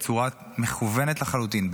בצורת מכוונת לחלוטין,